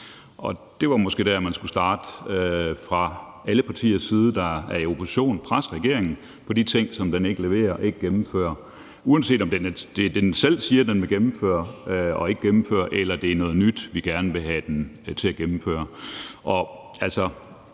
det var måske der, man skulle starte fra alle partiers side, der er i opposition, altså presse regeringen i forhold til de ting, som den ikke leverer, og som den ikke gennemfører, uanset om det er noget, som den selv siger at den vil gennemføre, og som den ikke gennemfører, eller det er noget nyt, som vi gerne vil have den til at gennemføre.